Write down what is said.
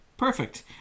Perfect